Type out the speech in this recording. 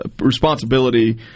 responsibility